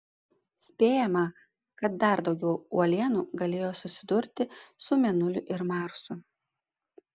spėjama kad dar daugiau uolienų galėjo susidurti su mėnuliu ir marsu